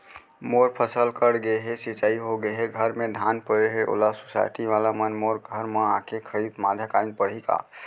मोर फसल कट गे हे, मिंजाई हो गे हे, घर में धान परे हे, ओला सुसायटी वाला मन मोर घर म आके खरीद मध्यकालीन पड़ही का?